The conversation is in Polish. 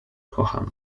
kocham